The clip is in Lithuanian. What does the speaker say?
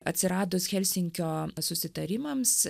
atsiradus helsinkio susitarimams